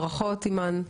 ברכות, אימאן.